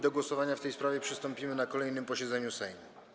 Do głosowania w tej sprawie przystąpimy na kolejnym posiedzeniu Sejmu.